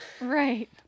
right